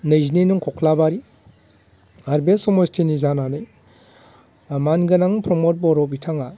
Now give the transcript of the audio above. नैजिनं खख्लाबारि आर बे समस्थिनि जानानै ओ मानगोनां प्रमद बर' बिथाङा